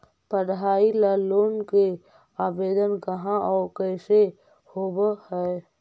पढाई ल लोन के आवेदन कहा औ कैसे होब है?